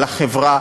לחברה,